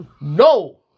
No